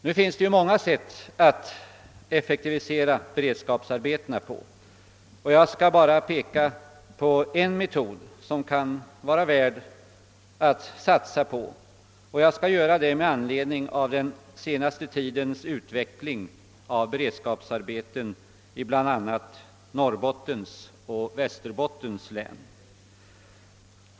Nu finns det ju många sätt att effektivisera beredskapsarbetena. Jag skall bara peka på en metod som kan vara värd att satsa på. Jag skall göra det med anledning av den senaste tidens utveckling av beredskapsarbeten i bl.a. Norrbottens och Västerbottens län.